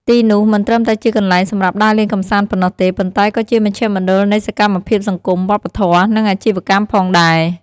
ទីនោះមិនត្រឹមតែជាកន្លែងសម្រាប់ដើរលេងកម្សាន្តប៉ុណ្ណោះទេ ប៉ុន្តែក៏ជាមជ្ឈមណ្ឌលនៃសកម្មភាពសង្គម វប្បធម៌ និងអាជីវកម្មផងដែរ។